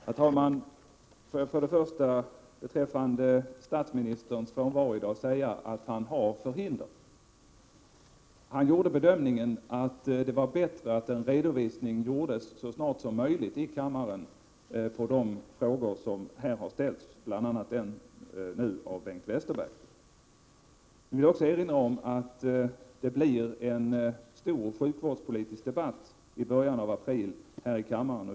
Herr talman! Först och främst vill jag beträffande statsministerns frånvaro säga att han faktiskt har förhinder. Statsministern gjorde bedömningen att det beträffande de frågor som hade ställts, var bättre att en redovisning lämnades i kammaren så snart som möjligt, bl.a. rörande den nu av Bengt Westerberg ställda frågan. Jag vill också erinra om att det blir en stor sjukvårdspolitisk debatt i början av april i kammaren.